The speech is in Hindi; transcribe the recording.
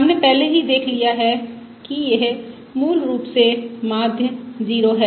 हमने पहले ही देख लिया है कि यह मूल रूप से माध्य 0 है